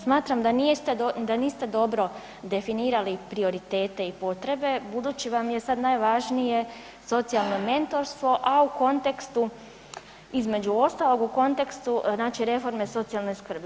Smatram da niste dobro definirali prioritete i potrebe budući vam je sad najvažnije socijalno mentorstvo a u kontekstu između ostalog, u kontekstu znači reforme socijalne skrbi.